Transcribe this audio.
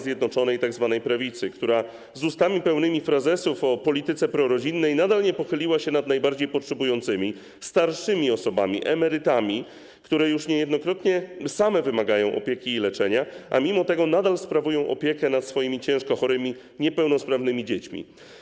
Zjednoczonej tzw. Prawicy, która z ustami pełnymi frazesów o polityce prorodzinnej nadal nie pochyliła się nad najbardziej potrzebującymi: starszymi osobami, emerytami, którzy już niejednokrotnie sami wymagają opieki i leczenia, a mimo to nadal sprawują opiekę nad swoimi ciężko chorymi, niepełnosprawnymi dziećmi.